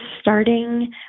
starting